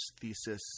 thesis